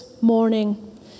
morning